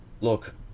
Look